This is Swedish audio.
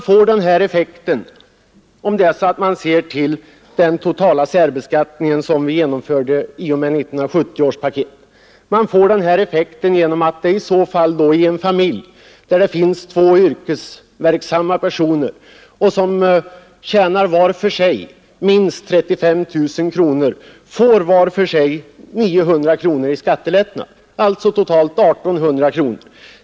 På grund av den totala särbeskattningen som vi genomförde i och med 1970 års skattepaket får man den här effekten i en familj med två yrkesverksamma personer som var för sig tjänar minst 35 000 kronor. De får var för sig 900 kronor i skattelättnad, alltså totalt 1 800 kronor.